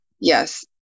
Yes